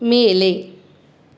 ಮೇಲೆ